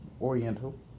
Oriental